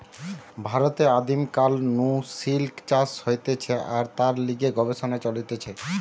ভারতে আদিম কাল নু সিল্ক চাষ হতিছে আর তার লিগে গবেষণা চলিছে